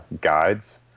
guides